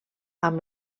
amb